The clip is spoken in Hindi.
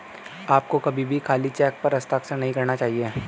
आपको कभी भी खाली चेक पर हस्ताक्षर नहीं करना चाहिए